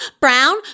brown